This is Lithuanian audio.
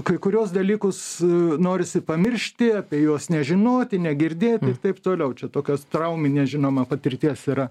kai kuriuos dalykus norisi pamiršti apie juos nežinoti negirdėti ir taip toliau čia tokios trauminės žinoma patirties yra